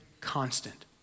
constant